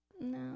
No